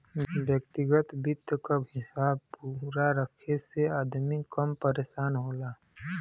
व्यग्तिगत वित्त क हिसाब पूरा रखे से अदमी कम परेसान होला